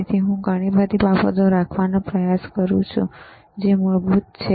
તેથી જ હું ઘણી બધી બાબતો રાખવાનો પ્રયાસ કરું છું જે મૂળભૂત છે